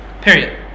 Period